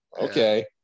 okay